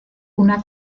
una